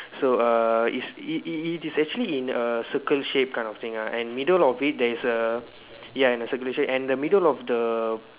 so err is it it is actually in a circle shape kind of thing uh and middle of it there is a ya in the circulation and the middle of the